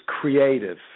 creative